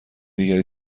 دیگری